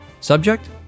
Subject